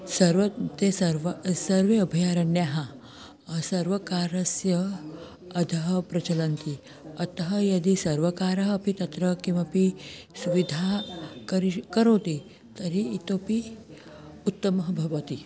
सर्वे ते सर्वे सर्वे अभयारण्यः सर्वकारस्य अधः प्रचलन्ति अतः यदि सर्वकारः अपि तत्र किमपि सुविधा करिश् करोति तर्हि इतोपि उत्तमः भवति